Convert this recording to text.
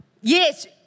Yes